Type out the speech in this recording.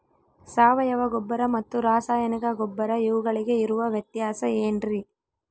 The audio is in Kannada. ಸಾವಯವ ಗೊಬ್ಬರ ಮತ್ತು ರಾಸಾಯನಿಕ ಗೊಬ್ಬರ ಇವುಗಳಿಗೆ ಇರುವ ವ್ಯತ್ಯಾಸ ಏನ್ರಿ?